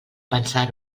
pensar